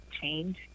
change